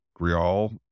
Grial